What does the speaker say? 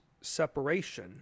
separation